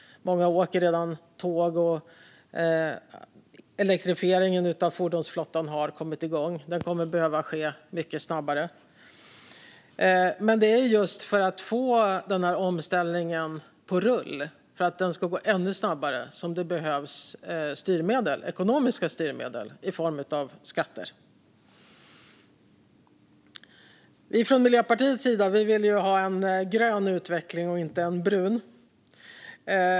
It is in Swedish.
Många åker redan tåg, och elektrifieringen av fordonsflottan har kommit igång. Den kommer att behöva ske mycket snabbare. Det är just för att få omställningen på rull för att den ska gå ännu snabbare, som det behövs ekonomiska styrmedel i form av skatter. Vi från Miljöpartiets sida vill ha en grön utveckling och inte en brun.